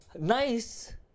Nice